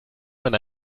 man